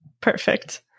Perfect